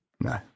No